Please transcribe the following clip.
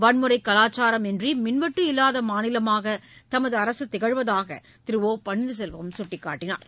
வன்முறை கலாச்சாரம் இன்றி மின்வெட்டு இல்லாத மாநிலமாக தமது அரசு திகழ்வதாக திரு ஒ பன்னீர்செல்வம் சுட்டிக்காட்டினார்